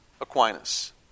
Aquinas